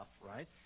right